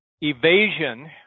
evasion